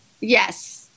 yes